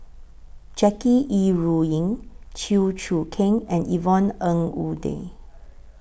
Jackie Yi Ru Ying Chew Choo Keng and Yvonne Ng Uhde